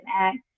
Act